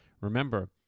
Remember